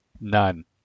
None